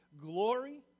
glory